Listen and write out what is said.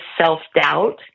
self-doubt